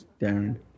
Darren